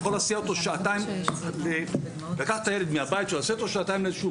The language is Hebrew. יכול לקחת אותו מהבית ולהסיע אותו שעתיים לאיזשהו